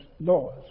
laws